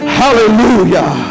hallelujah